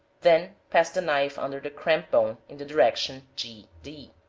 then pass the knife under the cramp bone, in the direction g, d.